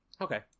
Okay